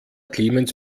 clemens